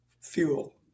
fuel